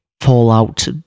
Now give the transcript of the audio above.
Fallout